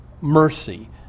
mercy